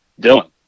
Dylan